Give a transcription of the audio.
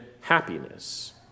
happiness